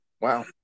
wow